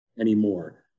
anymore